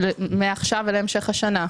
מעכשיו ולהמשך השנה.